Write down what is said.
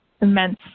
immense